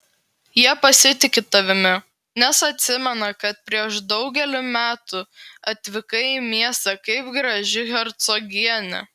jie pasitiki tavimi nes atsimena kad prieš daugelį metų atvykai į miestą kaip graži hercogienė